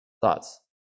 Thoughts